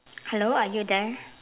hello are you there